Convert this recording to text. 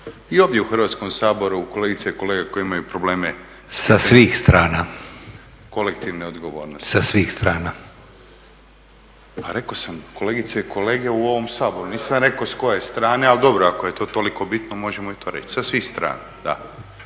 i ovdje u Hrvatskom saboru kolegica i kolega koji imaju probleme …… /Upadica Leko: Sa svih strana./ … Kolektivne odgovornosti. … /Upadica Leko: Sa svih strana./ … Rekao sam kolegice i kolege u ovom Saboru, nisam rekao s koje strane, ali dobro ako je toliko bitno možemo i to reći, sa svih strana da.